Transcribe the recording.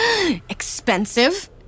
expensive